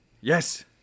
Yes